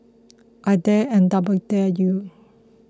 I dare and double dare you